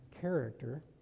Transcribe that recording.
character